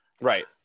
Right